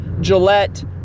Gillette